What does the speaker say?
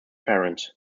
parents